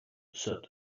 said